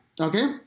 Okay